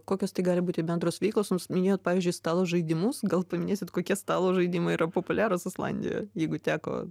kokios tai gali būti bendros veiklos jums minėjot pavyzdžiui stalo žaidimus gal paminėsit kokie stalo žaidimai yra populiarūs islandijoj jeigu teko